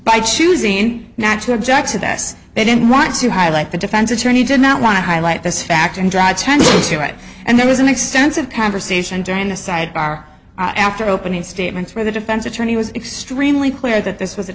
by choosing not to object to that they didn't want to highlight the defense attorney did not want to highlight this fact and drag tend to it and there was an extensive conversation during the sidebar after opening statements where the defense attorney was extremely clear that this was a